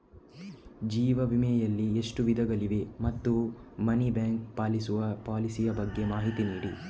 ಜೀವ ವಿಮೆ ಯಲ್ಲಿ ಎಷ್ಟು ವಿಧಗಳು ಇವೆ ಮತ್ತು ಮನಿ ಬ್ಯಾಕ್ ಪಾಲಿಸಿ ಯ ಬಗ್ಗೆ ಮಾಹಿತಿ ನೀಡಿ?